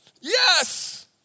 Yes